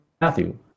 Matthew